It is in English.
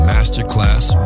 Masterclass